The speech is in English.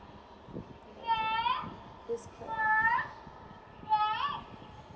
this boy